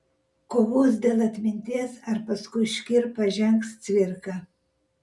kovos dėl atminties ar paskui škirpą žengs cvirka